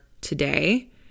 today